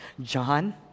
John